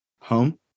Home